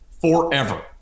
forever